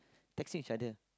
texting each other